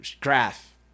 graph